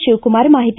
ಶಿವಕುಮಾರ ಮಾಹಿತಿ